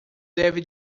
deve